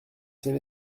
c’est